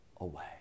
away